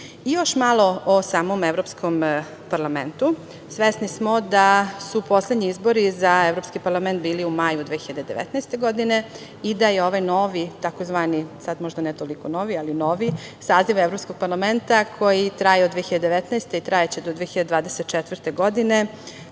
malo o samom Evropskom parlamentu. Svesni smo da su poslednji izbori za Evropski parlament bili u maju 2019. godine i da je ovaj novi tzv. sada možda ne toliko novi, ali novi saziv Evropskog parlamenta koji traje od 2019. do 2024. godine